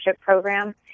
Program